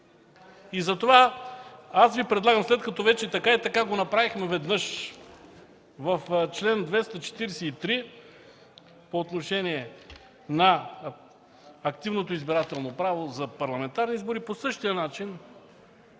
Затова аз Ви предлагам, след като вече така и така го направихме веднъж в чл. 243 по отношение на активното избирателно право за парламентарни избори, по същия начин